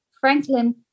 Franklin